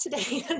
today